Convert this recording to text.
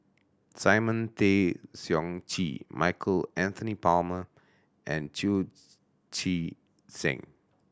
Simon Tay Seong Chee Michael Anthony Palmer and Chu Chee Seng